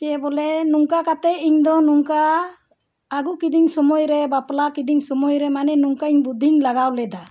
ᱡᱮ ᱵᱚᱞᱮ ᱱᱚᱝᱠᱟ ᱠᱟᱛᱮᱫ ᱤᱧᱫᱚ ᱱᱚᱝᱠᱟ ᱟᱹᱜᱩ ᱠᱤᱫᱤᱧ ᱥᱚᱢᱚᱭ ᱨᱮ ᱵᱟᱯᱞᱟ ᱠᱤᱫᱤᱧ ᱥᱚᱢᱚᱭ ᱨᱮ ᱢᱟᱱᱮ ᱱᱚᱝᱠᱟᱧ ᱵᱩᱫᱽᱫᱷᱤᱧ ᱞᱟᱜᱟᱣ ᱞᱮᱫᱟ